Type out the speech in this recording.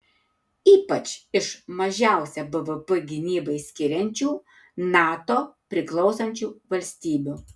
ypač iš mažiausią bvp gynybai skiriančių nato priklausančių valstybių